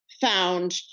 found